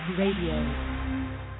radio